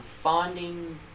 finding